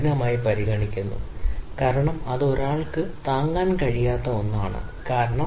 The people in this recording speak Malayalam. അതിനാൽ ഉദാഹരണത്തിന് ഞാൻ സംസാരിക്കുകയാണെങ്കിൽ ഒരു ± 0